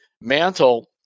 Mantle